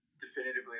definitively